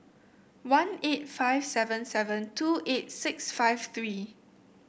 one eight five seven seven two eight six five three